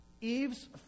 Eve's